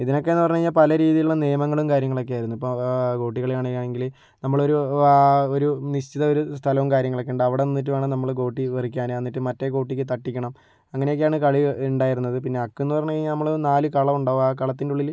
ഇതിനോക്കെയെന്ന് പറഞ്ഞു കഴിഞ്ഞാൽ പല രീതീലുള്ള നിയമങ്ങളും കാര്യങ്ങളൊക്കെ ആയിരുന്നു ഇപ്പം ഗോട്ടികളി ആണ് ആണെങ്കിൽ നമ്മളൊരു ഒരു നിശ്ചിത ഒരു സ്ഥലവും കാര്യങ്ങളൊക്കെ ഉണ്ട് അവടെ നിന്നിട്ട് വേണം നമ്മൾ ഗോട്ടി വരയ്ക്കാൻ എന്നിട്ട് മറ്റേ ഗോട്ടിക്ക് തട്ടിക്കണം അങ്ങനെയെക്കെ ആണ് കളി ഉണ്ടായിരുന്നത് പിന്നെ അക്കെന്ന് പറഞ്ഞു കഴിഞ്ഞാൽ നമ്മൾ നാല് കളം ഉണ്ടാവും ആ കളത്തിന്റെ ഉള്ളിൽ